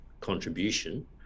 contribution